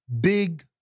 big